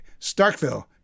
Starkville